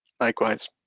Likewise